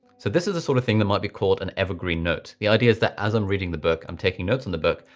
so this is the sort of thing that might be called an evergreen note. the idea is that as i'm reading the book, i'm taking notes on the book.